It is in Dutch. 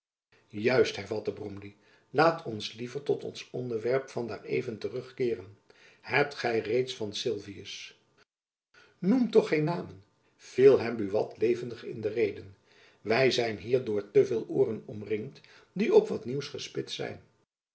juist hervatte bromley laat ons liever tot ons onderwerp van daar even terug keeren hebt gy reeds van sylvius noem toch geen namen viel hem buat levendig in de reden wy zijn hier door te veel ooren omringd die op wat nieuws gespitst zijn